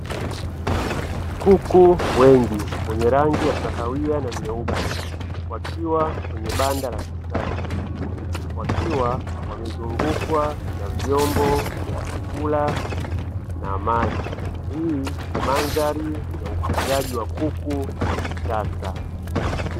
Kuku wengi wenye rangi ya kahawia na nyeupe wakiwa kwenye banda la kisasa, wakiwa wamezungukwa na vyombo vya chakula na maji, hii ni mandhari ya ufugaji wa kuku kisasa.